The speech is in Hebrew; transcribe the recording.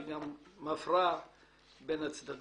היא גם מפרה בין הצדדים.